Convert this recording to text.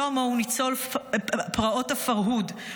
שלמה הוא ניצול פרעות הפרהוד,